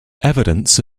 evidence